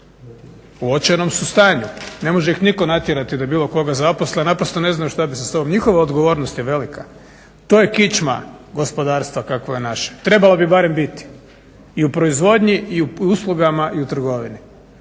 U očajnom su stanju. Ne može ih nitko natjerati da bilo koga zaposle. Naprosto ne znaju šta bi sa sobom. Njihova odgovornost je velika. To je kičma gospodarstva kakvo je naše. Trebalo bi barem biti i u proizvodnji i u uslugama i u trgovini.